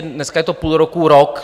Dneska je to půl roku, rok.